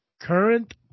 Current